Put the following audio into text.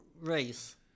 race